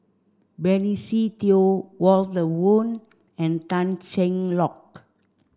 Benny Se Teo Walter Woon and Tan Cheng Lock